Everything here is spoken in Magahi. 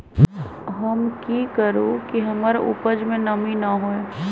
हम की करू की हमर उपज में नमी न होए?